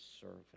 servant